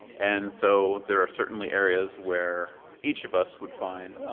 and so there are certainly areas where each of us would find.